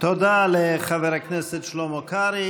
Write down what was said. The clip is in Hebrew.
תודה לחבר הכנסת שלמה קרעי.